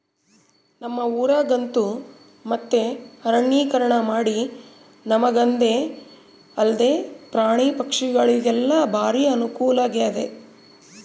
ನಮ್ಮ ಊರಗಂತೂ ಮತ್ತೆ ಅರಣ್ಯೀಕರಣಮಾಡಿ ನಮಗಂದೆ ಅಲ್ದೆ ಪ್ರಾಣಿ ಪಕ್ಷಿಗುಳಿಗೆಲ್ಲ ಬಾರಿ ಅನುಕೂಲಾಗೆತೆ